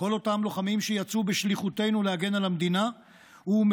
כל אותם לוחמים שיצאו בשליחותנו להגן על המדינה ומחובתנו